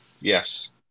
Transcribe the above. Yes